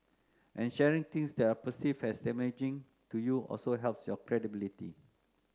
and sharing things that are perceived as damaging to you also helps your credibility